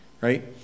Right